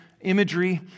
imagery